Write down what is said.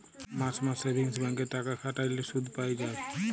মাস মাস savings bank এ টাকা খাটাল্যে শুধ পাই যায়